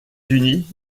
unis